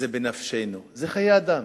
זה בנפשנו, זה חיי אדם.